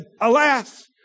Alas